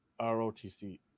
ROTC